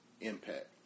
impact